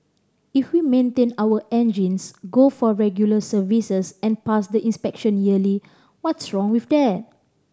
if we maintain our engines go for regular services and pass the inspection yearly what's wrong with that